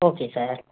okay sir